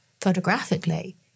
photographically